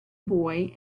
boy